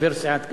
חבר סיעת קדימה.